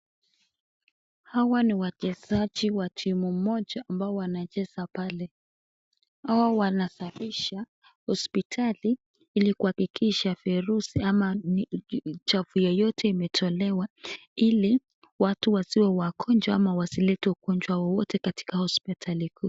Hawa ni wachezaji wa timu moja ambao wanacheza pale. Hawa wanasafisha hospitali ili kuhakikisha virusi ama uchafu yoyote imetolewa ili watu wasiwe wagonjwa ama wasilete ugonjwa wowote katika hospitali huu.